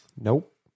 Nope